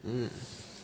mm